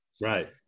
Right